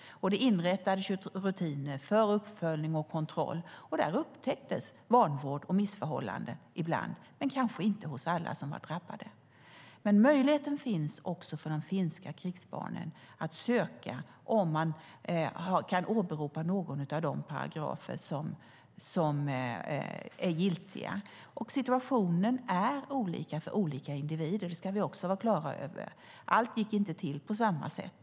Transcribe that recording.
Det inrättades rutiner för uppföljning och kontroll, och där upptäcktes ibland vanvård och missförhållanden - men kanske inte hos alla som var drabbade. Möjligheten finns också för de finska krigsbarnen att söka ersättning, om de kan åberopa någon av de paragrafer som är giltiga. Situationen är olika för olika individer; det ska vi också vara på det klara med. Allt gick inte till på samma sätt.